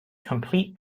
complete